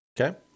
Okay